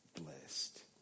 blessed